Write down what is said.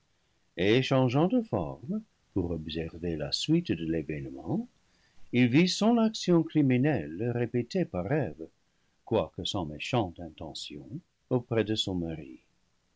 changeant de forme pour observer la suite de l'événement il vit son action criminelle répétée par eve quoique sans méchante intention auprès de son mari